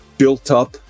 built-up